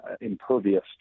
impervious